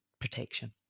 protection